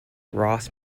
ross